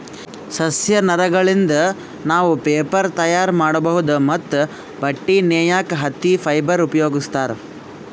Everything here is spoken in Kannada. ಸಸ್ಯ ನಾರಗಳಿಂದ್ ನಾವ್ ಪೇಪರ್ ತಯಾರ್ ಮಾಡ್ಬಹುದ್ ಮತ್ತ್ ಬಟ್ಟಿ ನೇಯಕ್ ಹತ್ತಿ ಫೈಬರ್ ಉಪಯೋಗಿಸ್ತಾರ್